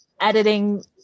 editing